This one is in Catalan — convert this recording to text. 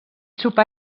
sopar